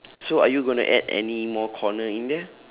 so are you gonna add any more corner in there